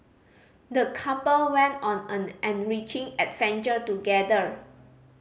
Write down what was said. the couple went on an enriching adventure together